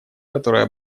которая